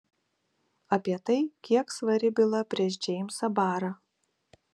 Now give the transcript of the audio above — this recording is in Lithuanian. apie tai kiek svari byla prieš džeimsą barą